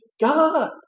God